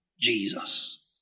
Jesus